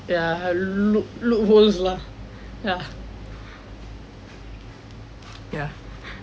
ya loop~ loopholes lah ya ya